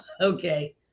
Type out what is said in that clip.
Okay